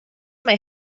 mae